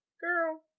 Girl